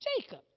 Jacob